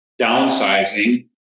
downsizing